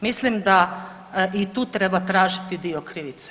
Mislim da i tu treba tražiti dio krivice.